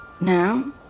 Now